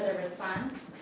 response.